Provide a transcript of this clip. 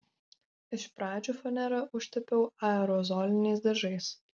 iš pradžių fanerą užtepiau aerozoliniais dažais